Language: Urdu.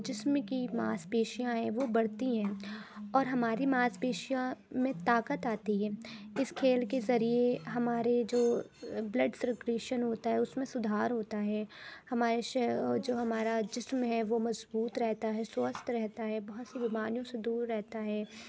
جسم کی ماس پیشیاں ہیں وہ بڑھتی ہیں اور ہماری ماس پیشیاں میں طاقت آتی ہے اس کھیل کے ذریعے ہمارے جو بلڈ سرکولیشن ہوتا ہے اس میں سدھار ہوتا ہے ہمارے جو ہمارا جسم ہے وہ مضبوط رہتا ہے سوستھ رہتا ہے بہت سی بیماریوں سے دور رہتا ہے